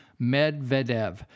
Medvedev